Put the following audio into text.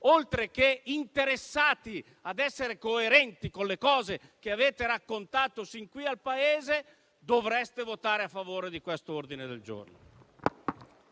oltre che interessati a essere coerenti con le cose che avete raccontato sin qui al Paese, dovreste votare a favore di quest'ordine del giorno.